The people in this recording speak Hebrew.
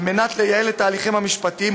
על מנת לייעל את התהליכים המשפטיים,